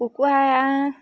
কুকুৰা